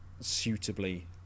suitably